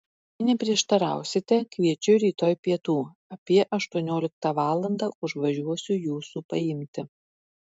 jei neprieštarausite kviečiu rytoj pietų apie aštuonioliktą valandą užvažiuosiu jūsų paimti